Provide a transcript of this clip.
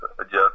adjust